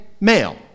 male